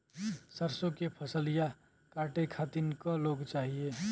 सरसो के फसलिया कांटे खातिन क लोग चाहिए?